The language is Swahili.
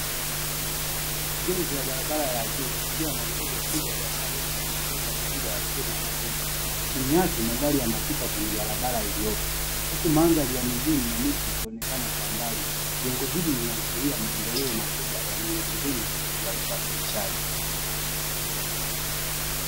Ujenzi wa barabara ya juu, ikiwa na nguzo kubwa za saruji zikibeba miundo ya chuma na zege. Chini yake magari yanapita kwenye barabara iliyopo, huku mandhari ya mijini na miti ikionekana kwa mbali. Jengo hili linaashiria maendeleo makubwa ya miundombinu ya usafirishaji.